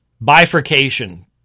bifurcation